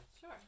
Sure